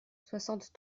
soixante